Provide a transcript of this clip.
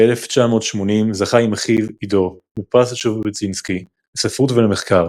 ב-1980 זכה עם אחיו עדו בפרס ז'בוטינסקי לספרות ולמחקר,